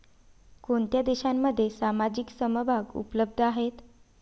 कोणत्या देशांमध्ये सामायिक समभाग उपलब्ध आहेत?